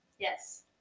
Yes